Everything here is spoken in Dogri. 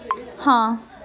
हां